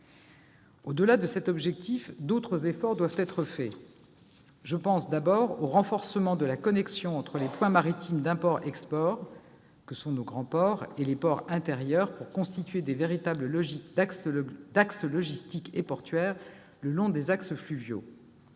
Au-delà de cet objectif, d'autres efforts doivent être faits. Je pense d'abord au renforcement de la connexion entre les points maritimes d'import et d'export que sont nos grands ports et les ports intérieurs pour constituer de véritables logiques d'axes logistiques et portuaires le long des axes fluviaux.